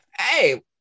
Hey